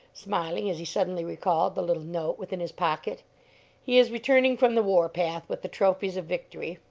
smiling as he suddenly recalled the little note within his pocket he is returning from the war-path with the trophies of victory.